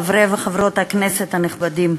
חברות וחברי הכנסת הנכבדים,